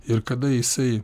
ir kada jisai